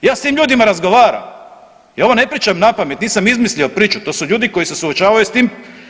Ja s tim ljudima razgovaram, ja ovo ne pričam napamet, nisam izmislio priču, to su ljudi koji se suočavaju s tim.